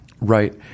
Right